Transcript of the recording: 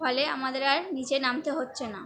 ফলে আমাদের আর নিচে নামতে হচ্ছে না